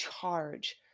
charge